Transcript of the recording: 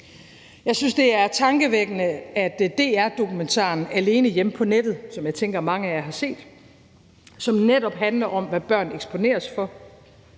Jeg synes, det er tankevækkende, at DR-dokumentaren »Alene hjemme på nettet«, som jeg tænker at mange af jer har set, og som netop handler om, hvad børn eksponeres for